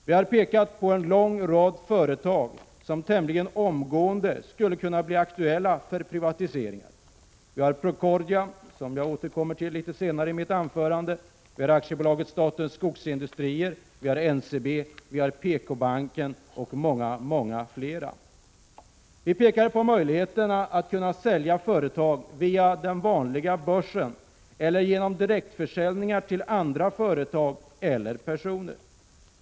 Vi har pekat på en lång rad företag som tämligen omgående skulle kunna bli aktuella för privatisering: Procordia, Statens skogsindustrier, NCB, PK-banken och många flera. Vi pekar på möjligheterna att kunna sälja företag via den vanliga börsen eller genom direktförsäljning till andra företag eller personer.